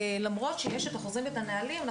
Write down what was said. למרות שיש את החוזר והנהלים,